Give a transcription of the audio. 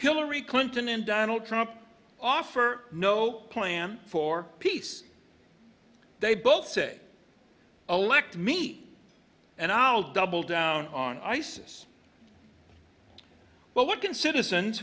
hillary clinton and donald trump offer no plan for peace they both say elect me and i'll double down on isis but what can citizens